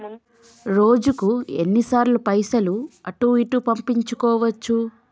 రోజుకు ఎన్ని సార్లు పైసలు అటూ ఇటూ పంపించుకోవచ్చు?